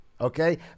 Okay